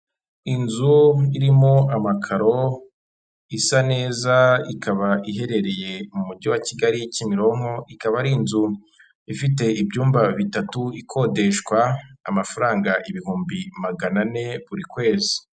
Inzu irimo amakaro isa neza, ikaba iherereye mu mugi wa Kigali Kimironko, ikaba ari inzu ifite ibyumba bitatu, ikodeshwa amafaranga ibihumbi magana ane buri kwezi.